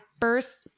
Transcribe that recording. First